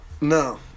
No